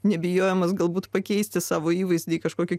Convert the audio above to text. nebijojimas galbūt pakeisti savo įvaizdį kažkokį